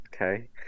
Okay